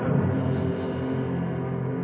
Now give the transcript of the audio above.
or